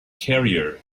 carrier